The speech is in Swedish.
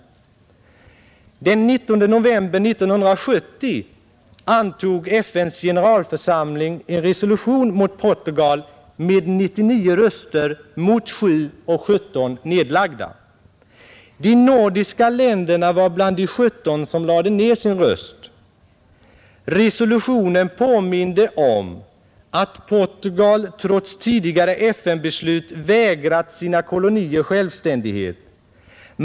Den 19 november 1970 antog FN:s generalförsamling en resolution mot Portugal med 99 röster mot 7 och 17 nedlagda. De nordiska länderna var bland de 17 som lade ner sin röst. Resolutionen påminde om att Portugal trots tidigare FN-beslut vägrat sina kolonier självständighet.